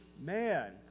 man